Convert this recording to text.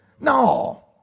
No